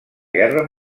guerra